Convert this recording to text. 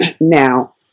now